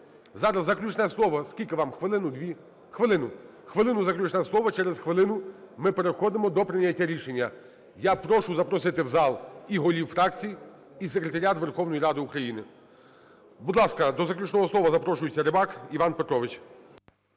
– заключне слово. Через хвилину ми переходимо до прийняття рішення. Я прошу запросити в зал і голів фракцій, і секретаріат Верховної Ради України. Будь ласка, до заключного слова запрошується Рибак Іван Петрович.